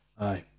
Aye